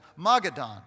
Magadan